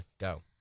Go